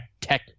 tech